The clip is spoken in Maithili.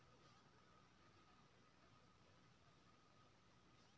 हरित घर हरका पन्नी आ हरका कपड़ा सँ बनाओल जाइ छै